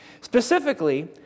Specifically